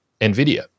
Nvidia